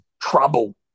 trouble